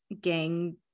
gang